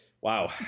wow